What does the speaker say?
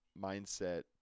mindset